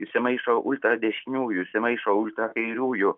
įsimaišo ultradešiniųjų įsimaišo ultrakairiųjų